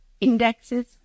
indexes